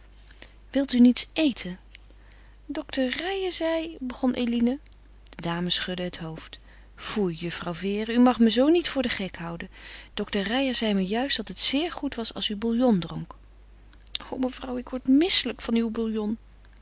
wil u niets eten dokter reijer zei begon eline de dame schudde het hoofd foei juffrouw vere u mag me zoo niet voor den gek houden dokter reijer zei me juist dat het zeer goed was als u bouillon dronk o mevrouw ik word misselijk van uw bouillon